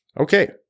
Okay